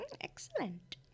Excellent